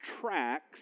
tracks